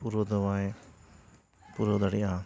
ᱯᱩᱨᱳ ᱫᱚᱵᱟᱭ ᱯᱩᱨᱟᱹᱣ ᱫᱟᱲᱮᱭᱟᱜᱼᱟ